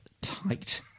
tight